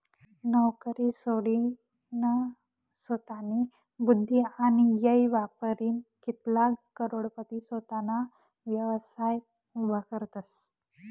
नवकरी सोडीनसोतानी बुध्दी आणि येय वापरीन कित्लाग करोडपती सोताना व्यवसाय उभा करतसं